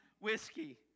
whiskey